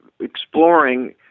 exploring